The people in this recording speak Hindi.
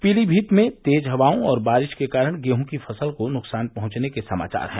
पीलीमीत में तेज हवाओं और बारिश के कारण गेहूं की फसल को नुकसान पहुंचने के समाचार हैं